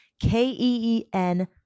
K-E-E-N